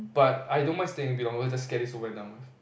but I don't mind staying a bit longer just get this over and done with